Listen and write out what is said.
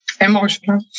Emotional